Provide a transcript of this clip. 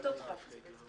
אחרון.